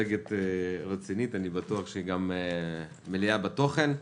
מצגת רצינית, אני בטוח שהיא גם מלאה בתוכן.